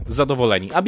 zadowoleni